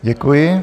Děkuji.